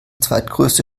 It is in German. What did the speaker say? zweitgrößte